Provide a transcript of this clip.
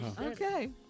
Okay